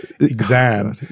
exam